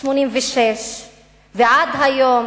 1986 ועד היום